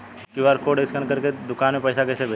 QR code scan करके दुकान में पैसा कइसे भेजी?